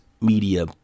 media